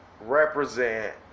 represent